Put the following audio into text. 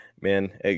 man